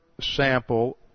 sample